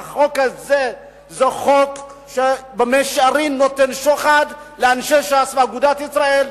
שהחוק הזה הוא חוק שבמישרין נותן שוחד לאנשי ש"ס ואגודת ישראל.